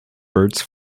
birds